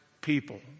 people